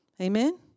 amen